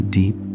deep